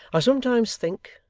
i sometimes think,